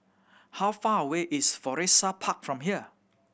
how far away is Florissa Park from here